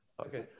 okay